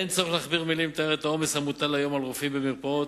אין צורך להכביר מלים על העומס המוטל היום על רופאים במרפאות,